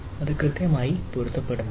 അത് കൃത്യമായി പൊരുത്തപ്പെടുന്നില്ല